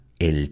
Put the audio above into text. El